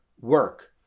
work